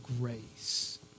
grace